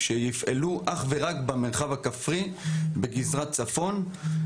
שיפעלו אך ורק במרחב הכפרי בגזרת צפון.